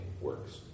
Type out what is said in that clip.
works